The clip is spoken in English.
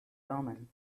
omen